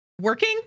working